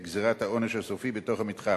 ואת גזירת העונש הסופי בתוך המתחם.